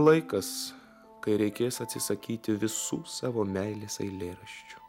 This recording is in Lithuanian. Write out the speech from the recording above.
laikas kai reikės atsisakyti visų savo meilės eilėraščių